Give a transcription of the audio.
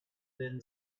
been